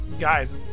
Guys